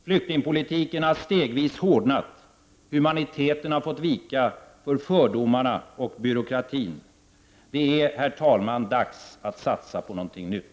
Flyktingpolitiken har stegvis hårdnat, och humaniteten har fått vika för fördomarna och byråkratin. Herr talman! Det är dags att satsa på något nytt!